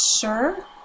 sure